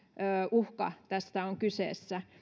uhka tässä on kyseessä